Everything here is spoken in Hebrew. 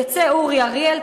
יצא אורי אריאל.